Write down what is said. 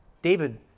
David